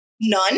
none